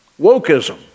Wokeism